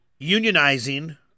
unionizing